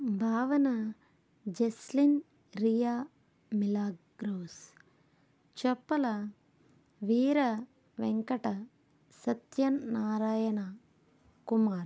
భావన Jasleen Riya Mila Gross చెప్పల వీర వెంకట సత్యనారాయణ కుమార్